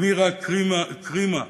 מירה קירמה,